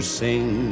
sing